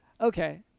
Okay